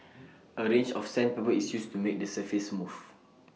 A range of sandpaper is used to make the surface smooth